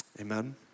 Amen